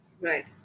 Right